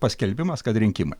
paskelbimas kad rinkimai